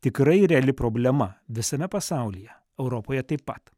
tikrai reali problema visame pasaulyje europoje taip pat